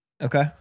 Okay